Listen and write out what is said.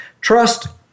Trust